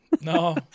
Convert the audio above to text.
No